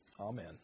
Amen